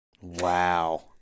Wow